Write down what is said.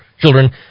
children